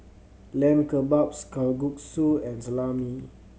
Lamb Kebabs Kalguksu and Salami